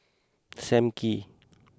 Sam Kee